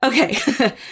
okay